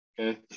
Okay